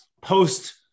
post